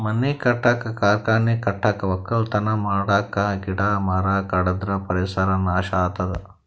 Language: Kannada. ಮನಿ ಕಟ್ಟಕ್ಕ್ ಕಾರ್ಖಾನಿ ಕಟ್ಟಕ್ಕ್ ವಕ್ಕಲತನ್ ಮಾಡಕ್ಕ್ ಗಿಡ ಮರ ಕಡದ್ರ್ ಪರಿಸರ್ ನಾಶ್ ಆತದ್